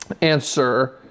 answer